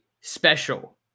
special